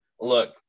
look